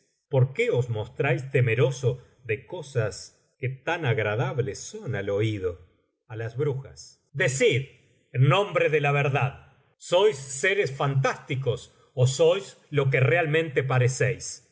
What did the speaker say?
por qué os mostráis temeroso de cosas que tan agradables son al oído á las brujas decid en nombre de la verdad sois seres fantásticos ó sois lo que realmente